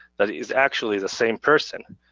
that is actually the same person.